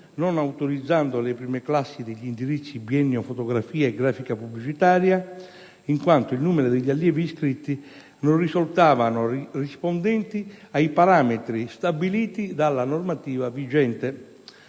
non autorizzando le prime classi degli indirizzi biennio fotografia e biennio grafica pubblicitaria, in quanto il numero degli allievi iscritti non risultavano rispondenti ai parametri stabiliti dalla normativa vigente.